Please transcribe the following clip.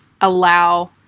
allow